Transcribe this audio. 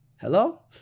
Hello